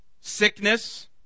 Sickness